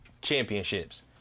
championships